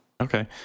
Okay